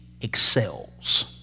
excels